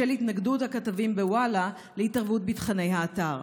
בשל התנגדות הכתבים בוואלה להתערבות בתוכני האתר."